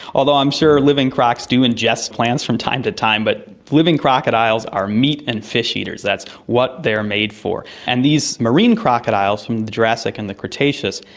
although i'm sure living crocs do ingest plants from time to time, but living crocodiles are meat and fish eaters, that's what they are made for. and these marine crocodiles from the jurassic and the cretaceous,